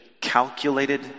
calculated